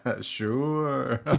Sure